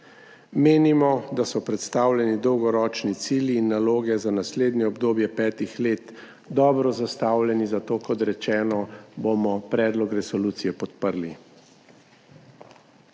Menimo, da so predstavljeni dolgoročni cilji in naloge za naslednje obdobje petih let dobro zastavljeni, zato bomo, kot rečeno, predlog resolucije podprli.